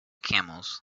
camels